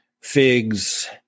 figs